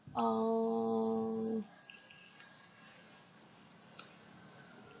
oh